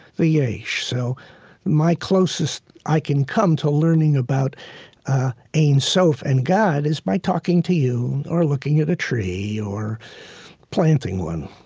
the yaish. so my closest i can come to learning about ein sof and god is by talking to you or looking at a tree or planting one